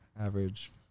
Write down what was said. Average